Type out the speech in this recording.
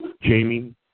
Jamie